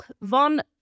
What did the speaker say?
von